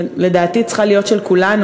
שלדעתי צריכה להיות של כולנו,